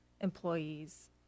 employees